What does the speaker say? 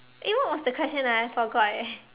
eh what was the question ah I forgot eh